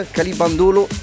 Calibandolo